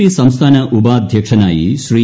P സംസ്ഥാന ഉപാധ്യക്ഷനായി ശ്രീ